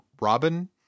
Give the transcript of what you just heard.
Robin